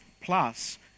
plus